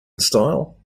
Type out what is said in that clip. style